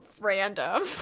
random